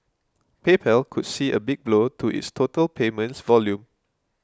PayPal could see a big blow to its total payments volume